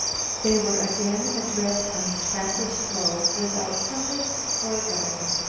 they were again adrift on the trackless floe without compass or guide.